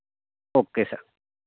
okay sir